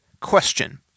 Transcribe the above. question